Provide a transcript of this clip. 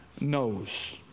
knows